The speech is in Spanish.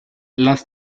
las